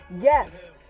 yes